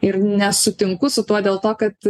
ir nesutinku su tuo dėl to kad